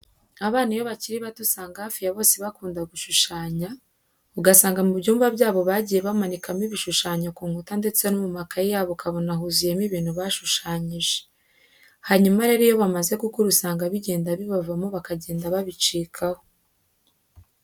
Abana iyo bakiri bato usanga hafi ya bose bakunda gushushanya, ugasanga mu byumba byabo bagiye bamanikamo ibishushanyo ku nkuta ndetse no mu makayi yabo ukabona huzuyemo ibintu bashushanyije. Hanyuma rero iyo bamaze gukura usanga bigenda bibavamo bakagenda babicikaho.